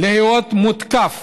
להיות מותקף